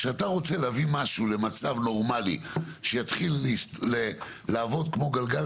כשאתה רוצה להביא משהו למצב נורמלי שיתחיל לעבוד כמו גלגל